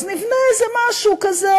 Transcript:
אז נבנה איזה משהו כזה,